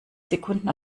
sekunden